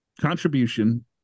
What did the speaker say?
contribution